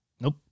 Nope